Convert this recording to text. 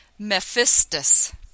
Mephistus